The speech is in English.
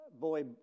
boy